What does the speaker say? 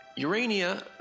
Urania